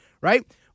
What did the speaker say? right